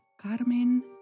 Carmen